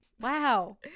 Wow